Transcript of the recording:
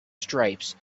stripes